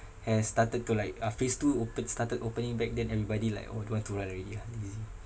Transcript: has started to like uh phase two open started opening back then everybody like orh don't want to run already ah lazy